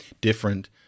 different